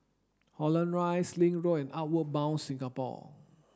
Holland Rise Link Road and Outward Bound Singapore